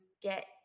get